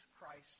Christ